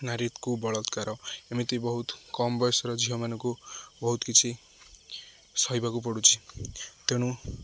ନାରୀକୁ ବଳତ୍କାର ଏମିତି ବହୁତ କମ୍ ବୟସର ଝିଅମାନଙ୍କୁ ବହୁତ କିଛି ସହିବାକୁ ପଡ଼ୁଛି ତେଣୁ